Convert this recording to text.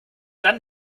dann